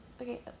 okay